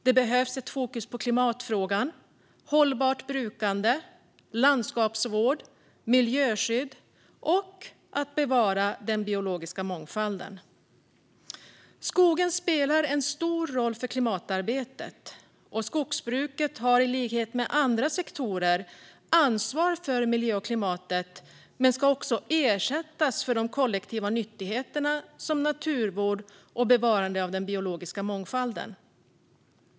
Det behövs ett fokus på klimatfrågan, hållbart brukande, landskapsvård, miljöskydd och bevarad biologisk mångfald. Skogen spelar en stor roll för klimatarbetet. Skogsbruket har i likhet med andra sektorer ansvar för miljön och klimatet men ska också ersättas för de kollektiva nyttigheter som naturvård och bevarande av den biologiska mångfalden ger.